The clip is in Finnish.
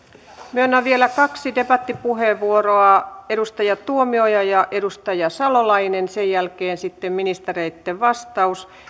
myönnän vielä kaksi debattipuheenvuoroa edustaja tuomioja ja edustaja salolainen sen jälkeen sitten ministereitten vastaus